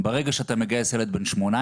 ברגע שאתה מגייס ילד בן 18